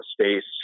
space